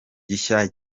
gishya